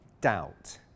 Doubt